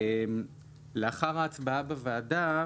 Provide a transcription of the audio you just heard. לאחר ההצבעה בוועדה,